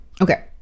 Okay